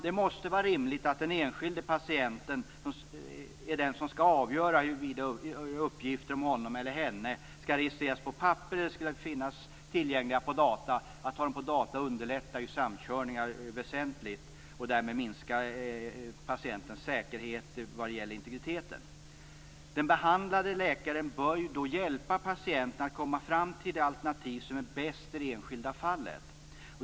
Det måste vara rimligt att den enskilde patienten är den som skall avgöra huruvida uppgifter om honom eller henne skall registreras på papper eller skall finnas tillgängliga på data. Att ha dem på data underlättar ju samkörningar väsentligt, och därmed minskar patientens säkerhet vad gäller integriteten. Den behandlande läkaren bör då hjälpa patienten att komma fram till det alternativ som är bäst i det enskilda fallet.